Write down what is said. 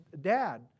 dad